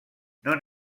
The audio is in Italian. non